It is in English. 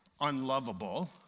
unlovable